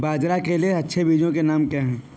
बाजरा के लिए अच्छे बीजों के नाम क्या हैं?